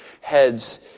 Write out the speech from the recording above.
heads